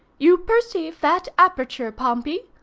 you perceive that aperture, pompey.